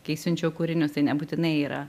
kai siunčiau kūrinius tai nebūtinai yra